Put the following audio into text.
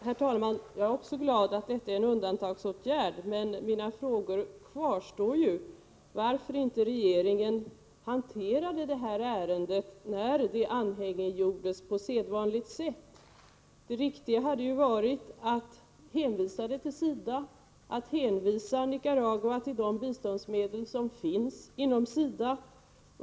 Herr talman! Jag är också glad att detta är en undantagsåtgärd, men min fråga kvarstår, varför regeringen inte hanterade det här ärendet, när det anhängiggjordes, på sedvanligt sätt. Det riktiga hade ju varit att hänvisa ärendet till SIDA, att hänvisa till de biståndsmedel som finns inom SIDA.